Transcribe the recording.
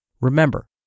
Remember